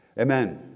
Amen